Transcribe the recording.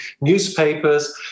newspapers